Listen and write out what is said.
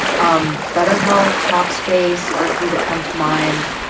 um betterhelp, talkspace are a few that come to mind.